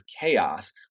chaos